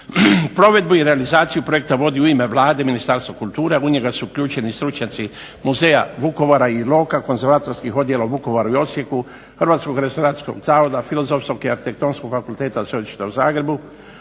Provedbu i realizaciju projekta vodi u ime Vlade Ministarstvo kulture, a u njega su uključeni stručnjaci Muzeja Vukovara i Iloka, konzervatorskih odjela u Vukovaru i Osijeku, Hrvatskog restauratskog zavoda, Filozofskog i Arhitektonskog fakulteta Sveučilišta u Zagrebu